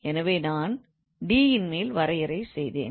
எனவே நான் D ன் மேல் வரையறை செய்தேன்